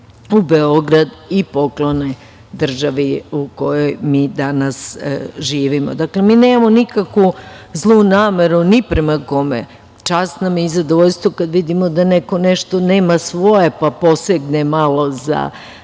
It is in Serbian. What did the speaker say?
u Beograd i poklone državi u kojoj mi danas živimo. Dakle, mi nemamo nikakvu zlu nameru, ni prema kome. Čast mi je i zadovoljstvo kada vidimo da neko nešto nema svoje, pa posegne malo za